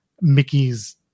Mickey's